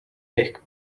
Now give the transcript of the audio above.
ehk